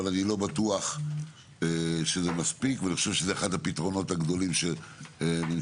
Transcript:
אני לא בטוח שזה מספיק ואני חושב שזה אחד הפתרונות הגדולים שנמצאים